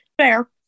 Fair